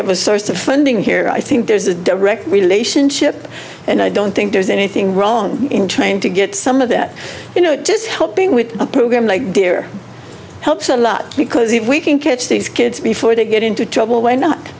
have a source of funding here i think there's a direct relationship and i don't think there's anything wrong in trying to get some of that you know just helping with a program like deer helps a lot because if we can catch these kids before they get into trouble when not